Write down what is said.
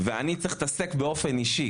ואני צריך להתעסק באופן אישי,